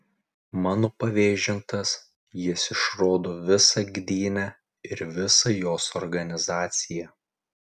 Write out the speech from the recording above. mano pavėžintas jis išrodo visą gdynę ir visą jos organizaciją